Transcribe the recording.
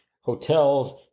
hotels